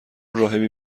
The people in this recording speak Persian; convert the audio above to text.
راهبی